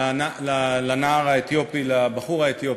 לנער האתיופי, לבחור האתיופי.